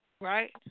Right